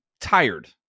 tired